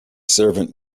servant